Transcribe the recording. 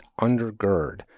undergird